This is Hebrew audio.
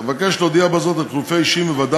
אבקש להודיע בזאת על חילופי אישים בוועדה